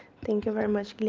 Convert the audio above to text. thank you very much.